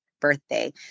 birthday